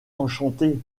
enchanté